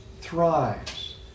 thrives